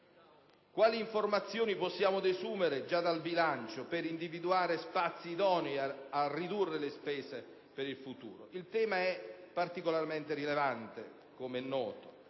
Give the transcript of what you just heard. quali informazioni possiamo desumere già dal bilancio per individuare spazi idonei a ridurre le spese per il futuro. Come è noto, il tema è particolarmente rilevante, tenuto